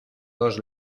dos